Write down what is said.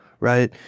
right